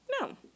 No